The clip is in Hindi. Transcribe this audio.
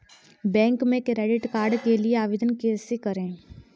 बैंक में क्रेडिट कार्ड के लिए आवेदन कैसे करें?